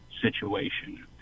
situation